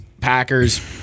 Packers